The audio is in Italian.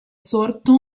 sorto